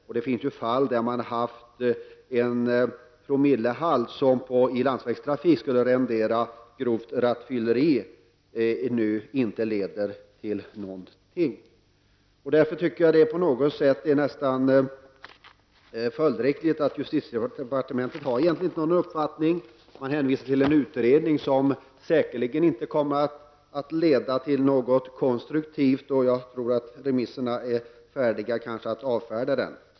Det har funnits fall med en promillehalt som i landsvägstrafik skulle rendera grovt rattfylleri, men som inte leder till någonting. Jag tycker därför att det nästan är följdriktigt att justitiedepartementet egentligen inte har någon uppfattning. Man hänvisar till en utredning som säkerligen inte kommer att leda till något konstruktivt. Jag tror att remissinstanserna nog är färdiga att avfärda den.